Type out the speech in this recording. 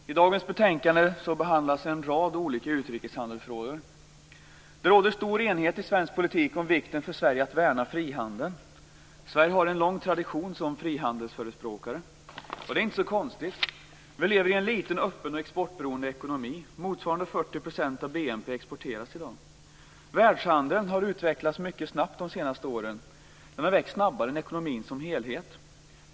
Fru talman! I dagens betänkande behandlas en rad olika utrikeshandelsfrågor. Det råder stor enighet i svensk politik om vikten för Sverige att värna frihandeln. Sverige har en lång tradition som frihandelsförespråkare. Det är inte så konstigt. Vi lever i en liten, öppen och exportberoende ekonomi. Motsvarande 40 % av BNP exporteras i dag. Världshandeln har utvecklats mycket snabbt under de senaste åren. Den har växt snabbare än ekonomin som helhet.